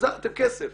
החזרתם כסף